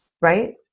right